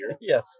Yes